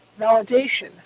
Validation